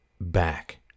back